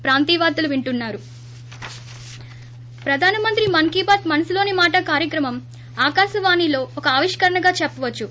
break ప్రధానమంత్రి మన్ కీ బాత్ మనసులోని మాట కార్యక్రమం ఆకాశవాణిలో ఒక ఆవిష్కరణగా చెప్పవచ్చు